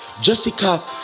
Jessica